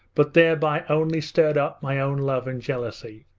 but thereby only stirred up my own love and jealousy.